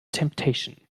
temptation